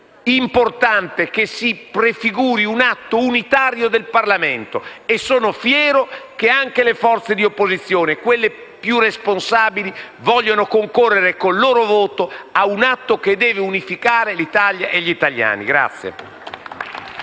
importante che si prefiguri un atto unitario del Parlamento e sono fiero che anche le forze di opposizione più responsabili vogliano concorrere con il loro voto ad un atto che deve unificare l'Italia e gli italiani.